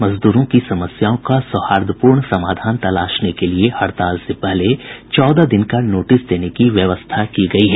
मजदूरों की समस्याओं का सौहार्दपूर्ण समाधान तलाशने के लिए हड़ताल से पहले चौदह दिन का नोटिस देने की व्यवस्था की गई है